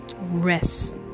Rest